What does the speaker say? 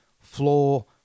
Floor